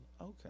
Okay